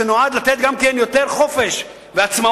שנועד לתת גם כן יותר חופש ועצמאות